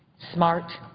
smart,